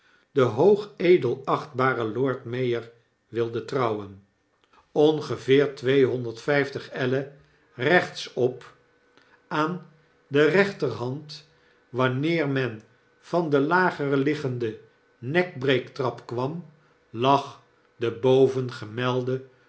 vuilheid den hoogedelachtbaren lord mayor wilde trouwen ongeveer tweehonderd vijftig ellen rechtsop aan de rechterhand wanneer men van de lager liggende nekbreektrap kwam lag de